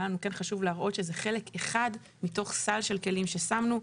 היה לנו כן חשוב להראות שזה חלק אחד מתוך סל של כלים ששמנו.